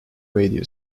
radio